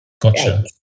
Gotcha